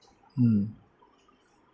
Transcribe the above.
mm